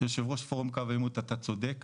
יו"ר פורום קו העימות אתה צודק,